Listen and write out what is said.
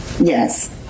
Yes